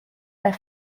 their